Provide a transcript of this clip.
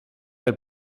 del